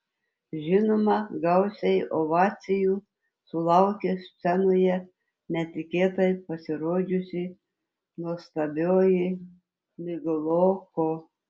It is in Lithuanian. žinoma gausiai ovacijų sulaukė scenoje netikėtai pasirodžiusi nuostabioji migloko